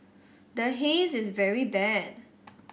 the Haze is very bad